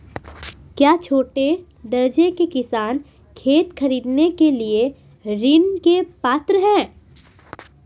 क्या छोटे दर्जे के किसान खेत खरीदने के लिए ऋृण के पात्र हैं?